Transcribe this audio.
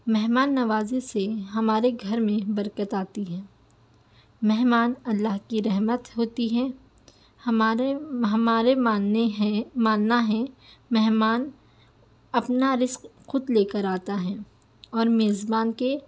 مہمان نوازی سے ہمارے گھر میں برکت آتی ہے مہمان اللہ کی رحمت ہوتی ہے ہمارے ہمارے ماننے ہیں ماننا ہے مہمان اپنا رزق خود لے کر آتا ہے اور میزبان کے